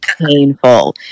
painful